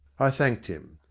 i thanked him.